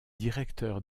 directeur